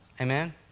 Amen